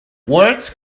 words